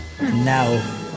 Now